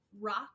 Rock